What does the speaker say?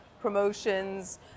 promotions